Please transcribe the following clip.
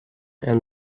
and